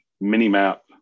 mini-map